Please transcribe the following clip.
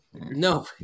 No